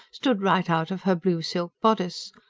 stood right out of her blue silk bodice.